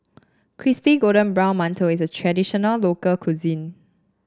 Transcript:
Crispy Golden Brown Mantou is a traditional local cuisine